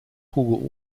hugo